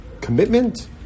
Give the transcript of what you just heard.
commitment